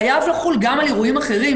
חייב לחול גם על אירועים אחרים.